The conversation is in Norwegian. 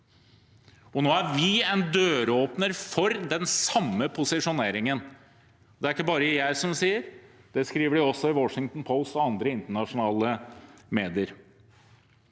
Nå er vi en døråpner for den samme posisjoneringen. Det er det ikke bare jeg som sier, det skriver de i Washington Post og andre internasjonale medier.